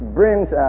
brings